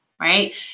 right